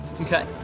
Okay